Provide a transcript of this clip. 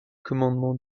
commandement